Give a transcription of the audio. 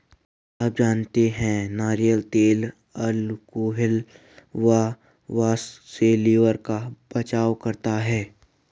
क्या आप जानते है नारियल तेल अल्कोहल व वसा से लिवर का बचाव करता है?